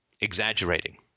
exaggerating